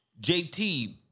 JT